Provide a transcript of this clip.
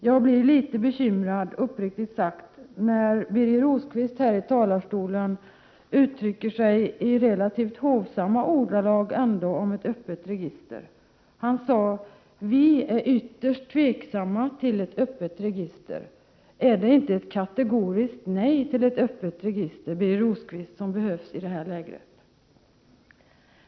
Jag blev uppriktigt sagt litet bekymrad när Birger Rosqvist uttryckte sig i relativt hovsamma ordalag om ett öppet register. Han sade: Vi är ytterst tveksamma till ett öppet register. Är det inte ett kategoriskt nej till ett öppet register som behövs i det här läget, Birger Rosqvist?